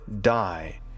die